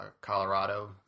Colorado